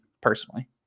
personally